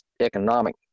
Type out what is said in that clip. economic